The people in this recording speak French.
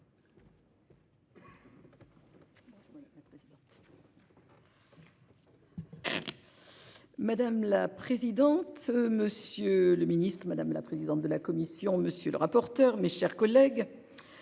Madame la présidente. Monsieur le Ministre, madame la présidente de la commission. Monsieur le rapporteur. Mes chers collègues.